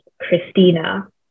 Christina